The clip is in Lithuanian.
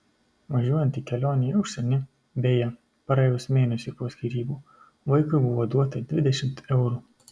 važiuojant į kelionę į užsienį beje praėjus mėnesiui po skyrybų vaikui buvo duota dvidešimt eurų